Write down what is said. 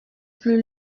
plus